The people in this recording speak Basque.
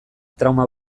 trauma